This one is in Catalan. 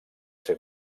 ser